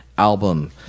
Album